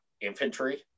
infantry